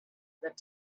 that